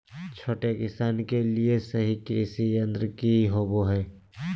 छोटे किसानों के लिए सही कृषि यंत्र कि होवय हैय?